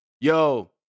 yo